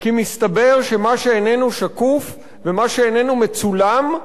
כי מסתבר שמה שאינו שקוף ומה שאינו מצולם,